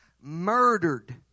murdered